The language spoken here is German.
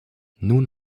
nun